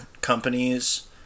companies